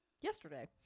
yesterday